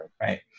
Right